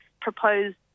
proposed